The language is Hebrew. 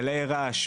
גלאי רעש,